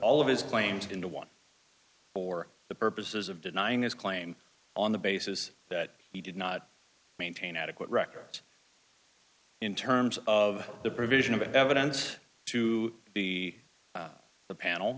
all of his claims into one for the purposes of denying his claim on the basis that he did not maintain adequate records in terms of the provision of evidence to be the panel